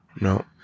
No